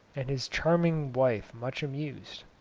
and his charming wife much amused.